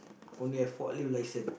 only have forklift license